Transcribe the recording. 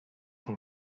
can